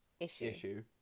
issue